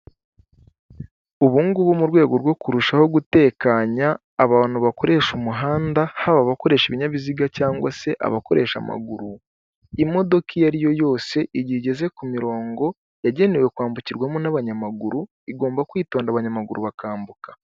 Ubungubu mu rwego rwo kurushaho gutekanya abantu bakoresha umuhanda haba abakoresha ibinyabiziga cg se abakoresha amaguru, imodoka iyo ari yo yose igihe igeze ku mirongo yagenewe kwambukirwamo n'abanyamaguru igomba kwitonda abanyamaguru bakambuka.